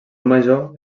major